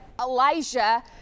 Elijah